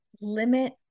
limit